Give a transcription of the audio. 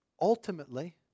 ultimately